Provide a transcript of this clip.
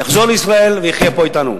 יחזור לישראל ויחיה פה אתנו.